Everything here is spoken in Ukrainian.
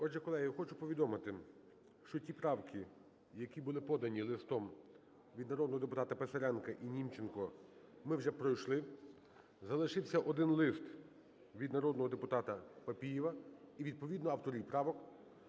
Отже, колеги, я хочу повідомити, що ті правки, які були подані листом від народного депутата Писаренка і Німченка, ми вже пройшли. Залишився один лист від народного депутата Папієва. І відповідно авторів правок